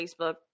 Facebook